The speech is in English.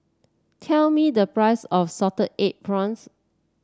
tell me the price of Salted Egg Prawns